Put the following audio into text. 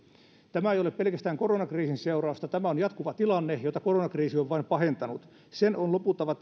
tämä ei ole pelkästään koronakriisin seurausta tämä on jatkuva tilanne jota koronakriisi on vain pahentanut sen on loputtava